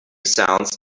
sounds